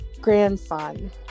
grandson